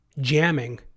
jamming